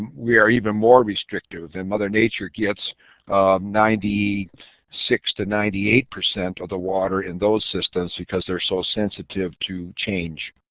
we are even more restrictive. and mother nature gets ninety six to ninety eight percent of the water in those systems because they are so sensitive to change.